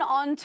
on